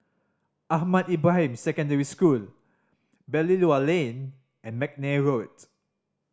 Ahmad Ibrahim Secondary School Belilio Lane and McNair Road